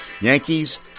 Yankees